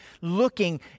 looking